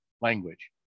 language